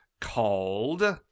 called